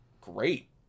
great